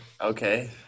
okay